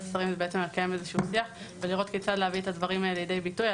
השרים הוא לקיים איזה שיח ולראות כיצד להביא את הדברים האלה לידי ביטוי.